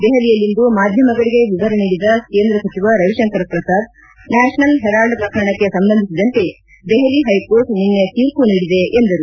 ದೆಹಲಿಯಲ್ಲಿಂದು ಮಾಧ್ಯಮಗಳಿಗೆ ವಿವರ ನೀಡಿದ ಕೇಂದ್ರ ಸಚಿವ ರವಿಶಂಕರ್ ಪ್ರಸಾದ್ ನ್ಯಾಷನಲ್ ಹೆರಾಲ್ಡ್ ಪ್ರಕರಣಕ್ಕೆ ಸಂಬಂಧಿಸಿದಂತೆ ದೆಹಲಿ ಹೈಕೋರ್ಟ್ ನಿನ್ನೆ ತೀರ್ಮ ನೀಡಿದೆ ಎಂದರು